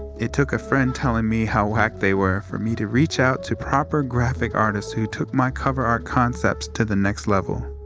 it took a friend telling me how whack they were, for me to reach out to proper graphics artists who took my cover art concepts to the next level.